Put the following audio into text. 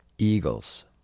Eagles